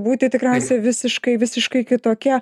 būti tikriausiai visiškai visiškai kitokia